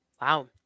Wow